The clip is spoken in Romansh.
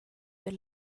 per